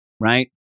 right